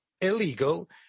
illegal